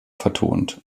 vertont